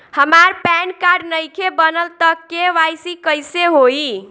हमार PAN card नईखे बनल त के.वाइ.सी कइसे होई?